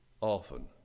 often